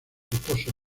reposo